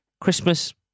Christmas